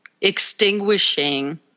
extinguishing